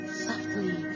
softly